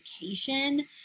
education